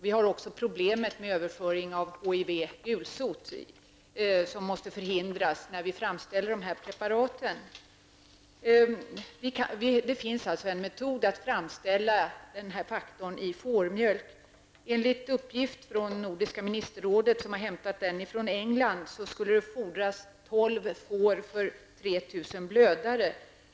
Vi har också problemet med överföring av HIV-smitta resp. gulsot, som måste förhindras vid framställningen av preparaten. Det finns en metod för att framställa antihemofilifaktorer ur fårmjölk. Enligt uppgift från Nordiska ministerrådet, hämtad från England, skulle det krävas tolv får för 3 000 blödare.